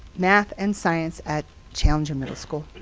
math and science at challenger middle school.